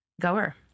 goer